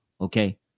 okay